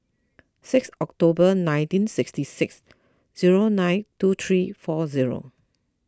six October nineteen sixty six zero nine two three four zero